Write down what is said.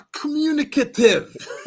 communicative